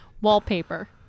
Wallpaper